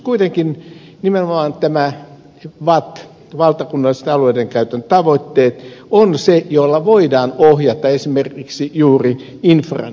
kuitenkin nimenomaan tämä vat valtakunnalliset alueidenkäyttötavoitteet on se jolla voidaan ohjata esimerkiksi juuri infran rakentamista